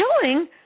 killing